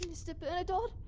mr. bernadotte?